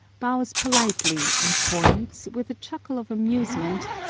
bows politely and points, with a chuckle of amusement,